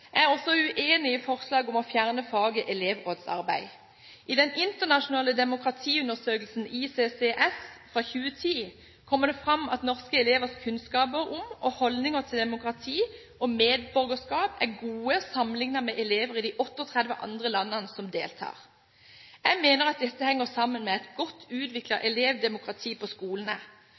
Jeg er også uenig i forslaget om å fjerne faget elevrådsarbeid. I den internasjonale demokratiundersøkelsen ICCS – International Civic and Citizenship Education Study – fra 2010 kommer det fram at norske elevers kunnskaper om, og holdninger til, demokrati og medborgerskap er gode sammenliknet med elever i de 38 andre landene som deltar. Jeg mener dette henger sammen med et godt utviklet elevdemokrati på skolene.